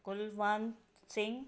Kulwant Singh